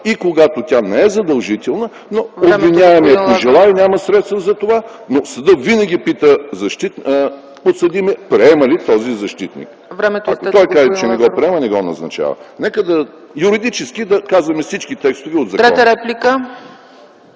и когато тя не е задължителна, но обвиняемият не желае и няма средства за това. Но съдът винаги пита подсъдимия приема ли този защитник. Ако той каже, че не го приема, не го назначава. Нека юридически да казваме всички текстове от закона. ПРЕДСЕДАТЕЛ